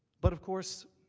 but, of course,